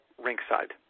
rinkside